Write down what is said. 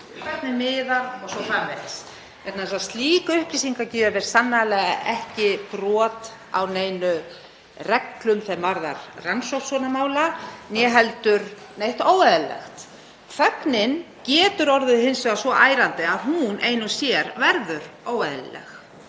vegna þess að slík upplýsingagjöf er sannarlega ekki brot á neinum reglum sem varða rannsókn mála né heldur neitt óeðlilegt. Þögnin getur orðið hins vegar svo ærandi að hún ein og sér verður óeðlileg.